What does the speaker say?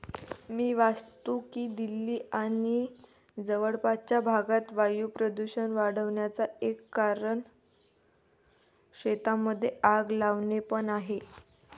मी वाचतो की दिल्ली आणि जवळपासच्या भागात वायू प्रदूषण वाढन्याचा एक कारण शेतांमध्ये आग लावणे पण आहे